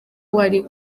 wari